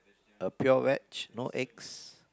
a pure veg no eggs